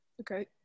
Okay